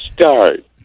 start